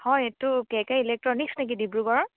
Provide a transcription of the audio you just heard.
হয় এইটো কে কে ইলেক্ট্ৰনিকছ নেকি ডিব্ৰুগড়ৰ